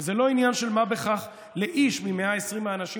זה לא עניין של מה בכך לאיש מ-120 האנשים